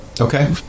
Okay